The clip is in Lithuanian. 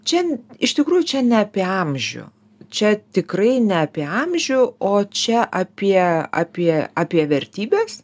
čia iš tikrųjų čia ne apie amžių čia tikrai ne apie amžių o čia apie apie apie vertybes